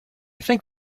think